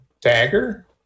dagger